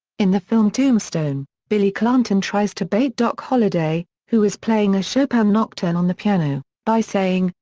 in the film tombstone, billy clanton tries to bait doc holliday, who is playing a chopin nocturne on the piano, by saying,